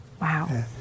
Wow